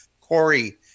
Corey